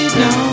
no